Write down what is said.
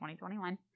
2021